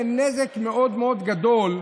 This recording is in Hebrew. נזק מאוד גדול,